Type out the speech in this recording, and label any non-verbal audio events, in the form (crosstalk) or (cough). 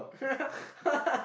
(laughs)